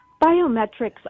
Biometrics